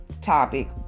topic